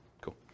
Cool